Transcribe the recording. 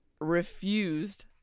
refused